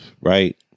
right